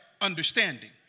understanding